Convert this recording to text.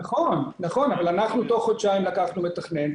נכון אבל אנחנו תוך חודשיים לקחנו מתכנן,